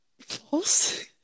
False